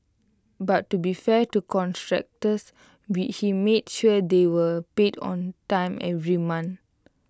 but to be fair to contractors we he made sure they were paid on time every month